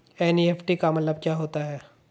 NEFT का मतलब क्या होता है?